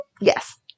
yes